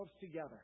together